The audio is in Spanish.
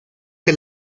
que